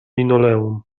linoleum